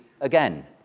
again